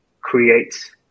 creates